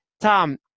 Tom